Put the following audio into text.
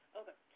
okay